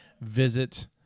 visit